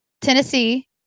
Tennessee